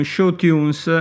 Showtunes